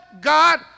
God